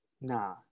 Nah